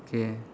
okay